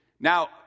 Now